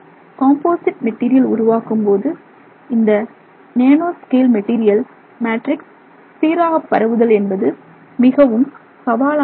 composite material உருவாக்கும்போது இந்த nano scale material matrix சீராக பரவுதல் என்பது மிகவும் சவாலான விஷயம்